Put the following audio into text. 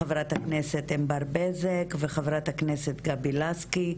חברת הכנסת ענבר בזק וחברת הכנסת גבי לסקי,